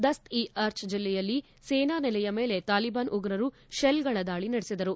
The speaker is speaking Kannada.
ದಸ್ತ್ ಇ ಅರ್ಚ್ ಜಿಲ್ಲೆಯಲ್ಲಿ ಸೇನಾನೆಲೆಯ ಮೇಲೆ ತಾಲಿಬಾನ್ ಉಗ್ರರು ಶೆಲ್ಗಳ ದಾಳಿ ನಡೆಸಿದರು